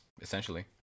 essentially